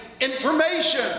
information